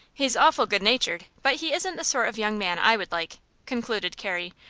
he's awful good-natured, but he isn't the sort of young man i would like, concluded carrie,